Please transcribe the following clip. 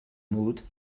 mood